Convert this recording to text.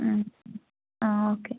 okay